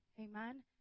Amen